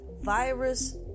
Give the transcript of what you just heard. virus